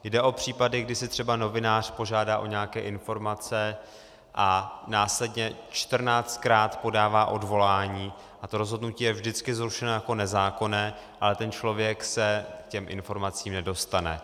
Jde o případy, kdy si třeba novinář požádá o nějaké informace a následně 14krát podává odvolání a to rozhodnutí je vždycky zrušeno jako nezákonné, ale ten člověk se k těm informacím nedostane.